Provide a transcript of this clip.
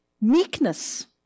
Meekness